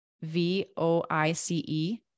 V-O-I-C-E